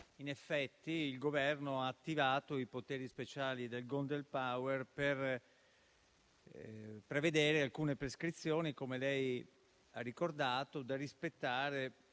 In effetti, il Governo ha attivato i poteri speciali della *golden power* per prevedere alcune prescrizioni, come lei ha ricordato, da rispettare